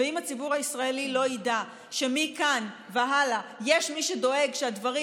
ואם הציבור הישראלי לא ידע שמכאן והלאה יש מי שדואג שהדברים,